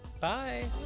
Bye